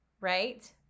right